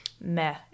meh